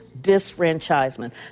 disfranchisement